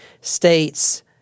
states